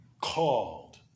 Called